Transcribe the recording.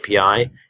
API